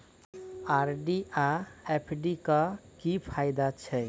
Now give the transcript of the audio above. RD आ FD क की फायदा छै?